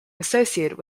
associated